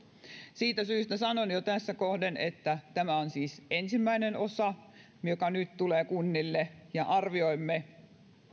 siitä syystä sanon jo tässä kohden että tämä on siis ensimmäinen osa joka nyt tulee kunnille ja arvioimme